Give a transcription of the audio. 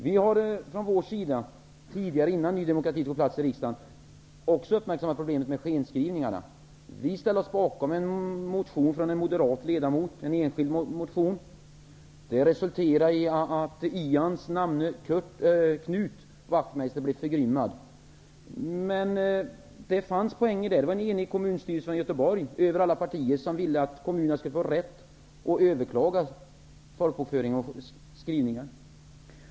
Vi har från vår sida, innan Ny demokrati tog plats i riksdagen, också uppmärksammat problemet med skenskrivningarna. Vi ställde oss bakom en enskild motion från en moderat ledamot. Det resulterade i att Ian Wachtmeisters namne Knut Wachtmeister blev förgrymmad. Men det fanns en poäng i detta. Göteborg, som ville att kommunerna skulle få rätt att överklaga folkbokföring och skrivningar.